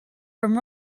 from